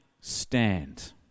stand